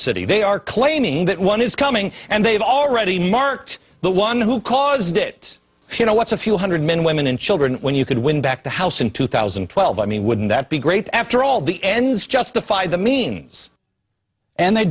city they are claiming that one is coming and they've already marked the one who caused it you know what's a few hundred men women and children when you could win back the house in two thousand and twelve i mean wouldn't that be great after all the ends justify the means and they